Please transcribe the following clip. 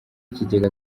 ikigega